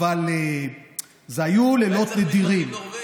אבל לילות נדירים.